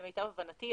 למיטב הבנתי,